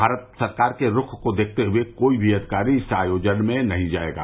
भारत सरकार के रूख को देखते हुए कोई भी अधिकारी इस आयोजन में नहीं जाएगा